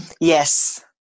yes